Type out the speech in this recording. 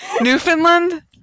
Newfoundland